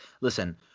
Listen